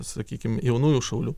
sakykim jaunųjų šaulių